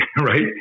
Right